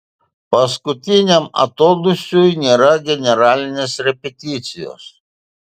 paskutiniam atodūsiui nėra generalinės repeticijos